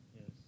yes